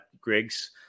Griggs